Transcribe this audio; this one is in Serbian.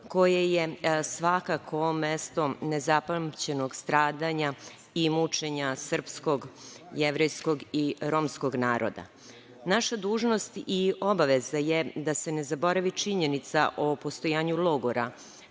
koje je svakako mesto nezapamćenog stradanja i mučenja srpskog, jevrejskog i romskog naroda. Naša dužnost i obaveza je da se ne zaboravi činjenica o postojanju logora,